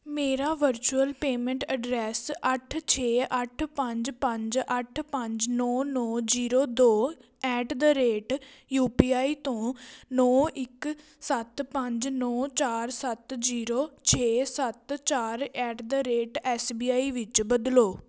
ਮੇਰਾ virtual payment address ਅੱਠ ਛੇ ਅੱਠ ਪੰਜ ਪੰਜ ਅੱਠ ਪੰਜ ਨੌਂ ਨੌਂ ਜ਼ੀਰੋ ਦੋ at the rate U P I ਤੋਂ ਨੌਂ ਇਕ ਸੱਤ ਪੰਜ ਨੌਂ ਚਾਰ ਸੱਤ ਜ਼ੀਰੋ ਛੇ ਸੱਤ ਚਾਰ at the rate S B I ਵਿੱਚ ਬਦਲੋ